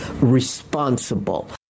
responsible